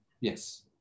Yes